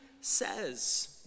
says